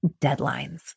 deadlines